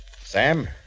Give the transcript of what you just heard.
Sam